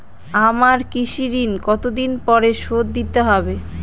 আমার কৃষিঋণ কতদিন পরে শোধ দিতে হবে?